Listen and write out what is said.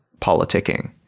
politicking